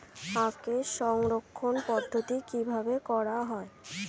আখের সংরক্ষণ পদ্ধতি কিভাবে করা হয়?